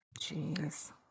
Jeez